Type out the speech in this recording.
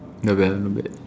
not bad not bad